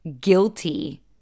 guilty